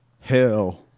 hell